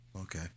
okay